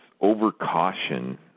over-caution